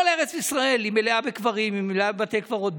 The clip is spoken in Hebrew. שאמר: כל ארץ ישראל מלאה בקברים, מלאה בתי קברות.